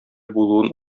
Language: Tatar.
булуын